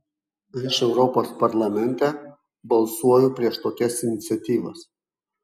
aš europos parlamente balsuoju prieš tokias iniciatyvas